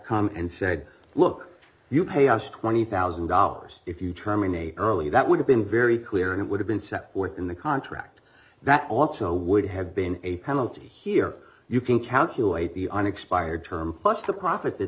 come and said look you pay us twenty thousand dollars if you terminate earlier that would have been very clear and it would have been set forth in the contract that also would have been a penalty here you can calculate the unexpired term plus the profit that